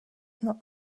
not